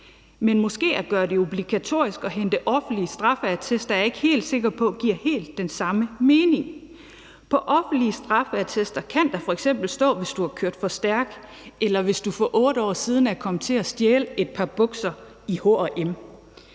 men at gøre det obligatorisk at indhente offentlige straffeattester, er jeg ikke helt sikker på giver helt den samme mening. På offentlige straffeattester kan der f.eks. stå, hvis du har kørt for stærkt, eller hvis du for 8 år siden er kommet til at stjæle et par bukser i H&M.